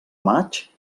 maig